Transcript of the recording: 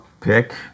pick